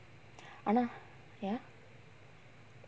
I know ya